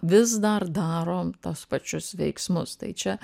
vis dar darom tuos pačius veiksmus tai čia